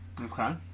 Okay